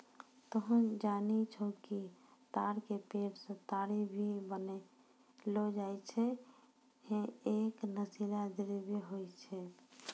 तोहं जानै छौ कि ताड़ के पेड़ सॅ ताड़ी भी बनैलो जाय छै, है एक नशीला द्रव्य होय छै